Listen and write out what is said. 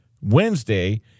Wednesday